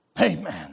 Amen